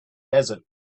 desert